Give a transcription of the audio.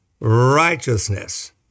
righteousness